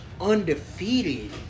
undefeated